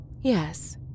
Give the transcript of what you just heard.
yes